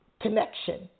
connection